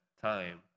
time